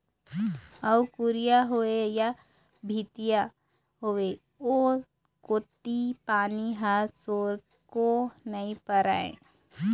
अउ कुरिया होवय या भीतिया होवय ओ कोती पानी ह थोरको नइ परय